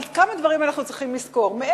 אבל אנחנו צריכים לזכור כמה דברים.